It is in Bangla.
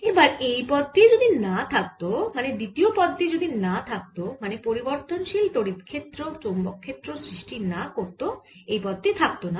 এবার এই পদ টি যদি না থাকত দ্বিতীয় পদ টি যদি না থাকত মানে পরিবর্তনশীল তড়িৎ ক্ষেত্র চৌম্বক ক্ষেত্র সৃষ্টি না করত এই পদটি থাকত না